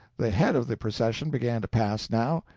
the head of the procession began to pass, now,